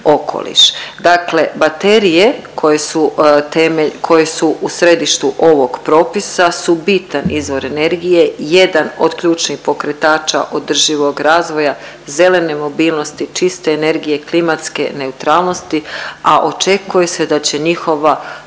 okoliš. Dakle, baterije koje su temelj, koje su u središtu ovog propisa su bitan izvor energije, jedan od ključnih pokretača održivog razvoja zelene mobilnosti, čiste energije, klimatske neutralnosti a očekuje se da će njihova